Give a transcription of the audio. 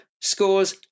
scores